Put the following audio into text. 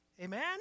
Amen